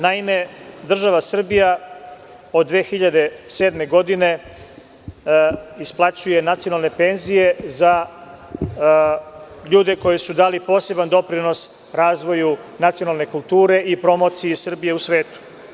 Naime, država Srbija od 2007. godine isplaćuje nacionalne penzije za ljude koji su dali poseban doprinos razvoju nacionalne kulture i promociji Srbije u svetu.